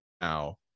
now